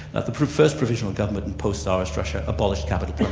ah the first provisional government in post-tsarist russia abolished capital